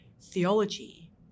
theology